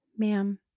ma'am